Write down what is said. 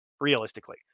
realistically